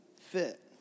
fit